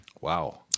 Wow